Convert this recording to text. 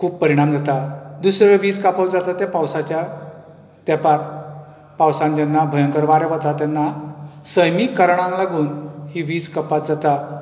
खूब परीणाम जाता दुसरे वीज कापप जाता ते पावसाच्या तेंपाक पावसान जेन्ना भंयकर वारें वतात तेन्ना सैमीक कारणांक लागून ही वीज कपात जाता